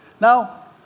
Now